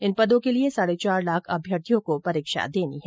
इन पदो के लिए साढे चार लाख अभ्यर्थियों को परीक्षा देनी है